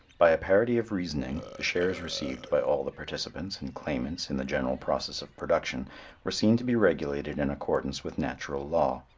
by a parity of reasoning, the shares received by all the participants and claimants in the general process of production were seen to be regulated in accordance with natural law.